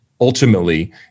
ultimately